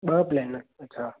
ॿ प्लैन अछा